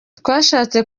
twashatse